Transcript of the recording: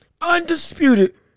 undisputed